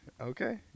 Okay